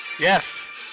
Yes